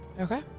Okay